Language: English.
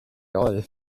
all